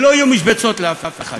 שלא יהיו משבצות לאף אחד,